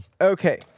Okay